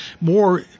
more